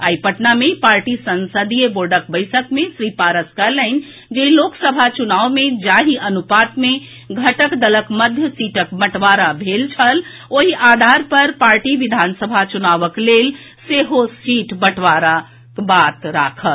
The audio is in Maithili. आई पटना मे पार्टी संसदीय बोर्डक बैसक मे श्री पारस कहलनि जे लोकसभा चुनाव मे जाहि अनुपात मे घटक दलक मध्य सीटक बंटवारा भेल छल ओहि आधार पर पार्टी विधानसभा चुनावक लेल सेहो सीट बंटवाराक बात राखत